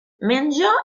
menja